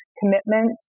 commitment